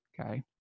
okay